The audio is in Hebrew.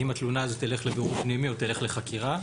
האם התלונה הזאת תלך לבירור פנימי או תלך לחקירה.